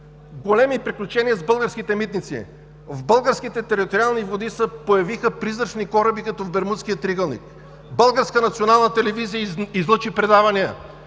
Големи приключения с българските „Митници“. В българските териториални води се появиха призрачни кораби като в Бермудския триъгълник. Българската национална телевизия излъчи предавания